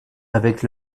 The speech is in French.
avec